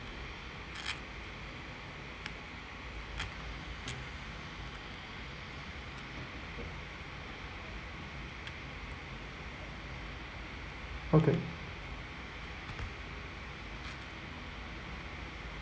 okay